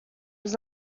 was